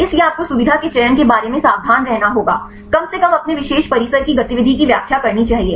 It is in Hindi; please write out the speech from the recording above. इसलिए आपको सुविधा के चयन के बारे में सावधान रहना होगा कम से कम अपने विशेष परिसर की गतिविधि की व्याख्या करनी चाहिए